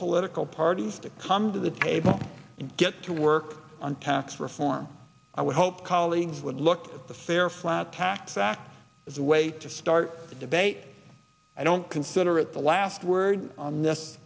political parties to come to the table and get to work on tax reform i would hope colleagues would look at the fair flat tax act as a way to start debate i don't consider it the last word on this